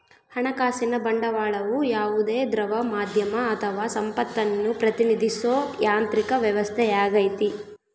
ಹಣಕಾಸಿನ ಬಂಡವಾಳವು ಯಾವುದೇ ದ್ರವ ಮಾಧ್ಯಮ ಅಥವಾ ಸಂಪತ್ತನ್ನು ಪ್ರತಿನಿಧಿಸೋ ಯಾಂತ್ರಿಕ ವ್ಯವಸ್ಥೆಯಾಗೈತಿ